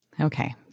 Okay